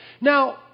Now